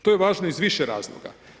To je važno iz više razloga.